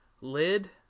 lid